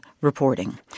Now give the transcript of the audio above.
reporting